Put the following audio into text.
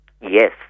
yes